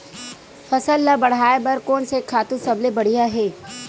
फसल ला बढ़ाए बर कोन से खातु सबले बढ़िया हे?